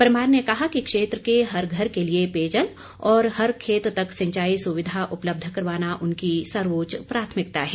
परमार ने कहा कि क्षेत्र के हर घर के लिए पेयजल और हर खेत तक सिंचाई सुविधा उपलब्ध करवाना उनकी सर्वोच्च प्राथमिकता है